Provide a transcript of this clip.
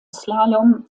slalom